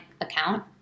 account